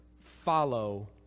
follow